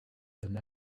than